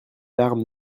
larmes